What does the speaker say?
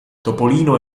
topolino